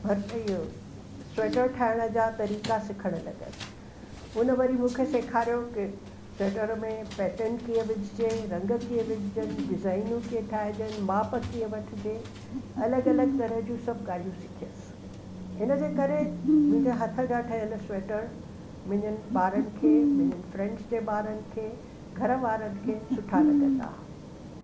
भर इहो सीटर ठाहिण जा तरीक़ा सिखण लॻस उन वरी मूंखे सेखारियो के सीटर में पैटन कीअं विझिजे रंग कीअं विझिजन डिज़ाईन्यूं कीअं ठाहिजनि माप कीअं वठिजे अलॻि अलॻि तरहं जूं सभु ॻाल्हियूं सिखियस हिनजे करे मुंहिंजे हथ जा ठहियल सीटर मुंहिंजे ॿारनि खे मुंहिंजे फ्रेंडस जे ॿारनि खे घरवारनि खे सुठा लॻंदा हा